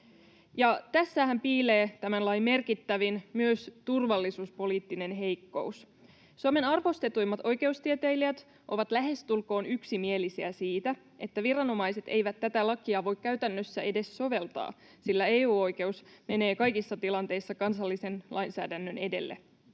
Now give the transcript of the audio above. tässähän piilee myös tämän lain merkittävin turvallisuuspoliittinen heikkous. Suomen arvostetuimmat oikeustieteilijät ovat lähestulkoon yksimielisiä siitä, että viranomaiset eivät tätä lakia voi käytännössä edes soveltaa, sillä EU-oikeus menee kaikissa tilanteissa kansallisen lainsäädännön edelle.